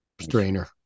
strainer